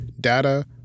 data